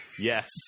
Yes